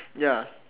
ya